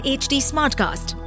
@hdsmartcast।